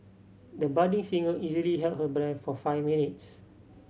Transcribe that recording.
the budding singer easily held her breath for five minutes